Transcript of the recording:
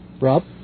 Rob